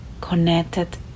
connected